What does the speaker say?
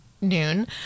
noon